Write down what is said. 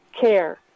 care